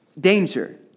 Danger